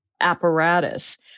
apparatus